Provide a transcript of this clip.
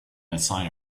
assign